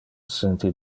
senti